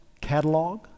catalog